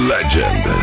Legend